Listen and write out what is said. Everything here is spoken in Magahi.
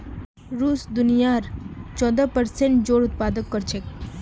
रूस दुनियार चौदह प्परसेंट जौर उत्पादन कर छेक